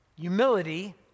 humility